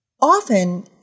Often